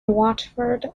watford